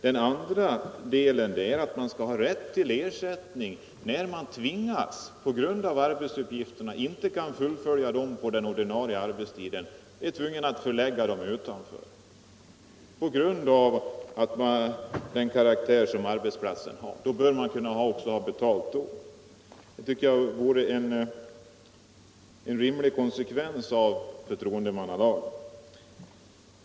Den andra delen är att man skall rätt till ersättning när man inte kan fullgöra arbetsuppgifterna under ordinarie arbetstid utan tvingas att ägna sig åt dem på annan tid på grund av arbetsplatsens karaktär. Då bör man också ha betalt för sådan tid. Det tycker jag vore en rimlig konsekvens av vad som står i förtroendemannalagen.